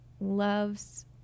loves